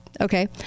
Okay